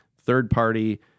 third-party